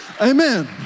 Amen